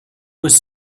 was